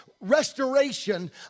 restoration